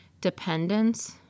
dependence